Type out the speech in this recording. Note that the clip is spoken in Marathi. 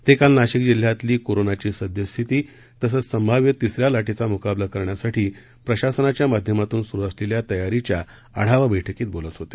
ते काल नाशिक जिल्ह्यातली कोरोनाची सद्यस्थिती तसंच संभाव्य तिसऱ्या लाटेचा मुकाबला करण्यासाठी प्रशासनाच्या माध्यमातून सुरू असलेल्या तयारीच्या आढावा बैठकीत बोलत होते